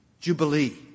jubilee